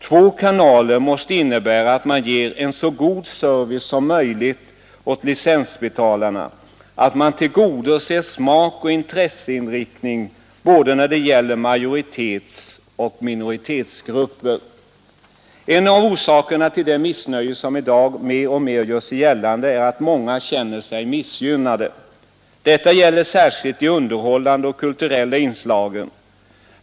Två kanaler måste innebära att man ger en så god service som möjligt åt licensbetalarna, att man tillgodoser smak och intresseinriktning både när det gäller majoritetsoch minoritetsgrupper. En av orsakerna till det missnöje som i dag mer och mer gör sig gällande är att många känner sig missgynnade. Detta gäller särskilt de underhållande och kulturella inslagen.